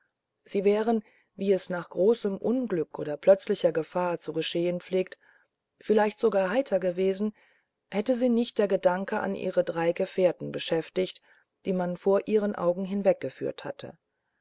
sie wären wie es nach großem unglück oder plötzlicher gefahr zu geschehen pflegt vielleicht sogar heiter gewesen hätte sie nicht der gedanke an ihre drei gefährten beschäftigt die man vor ihren augen hinweggeführt hatte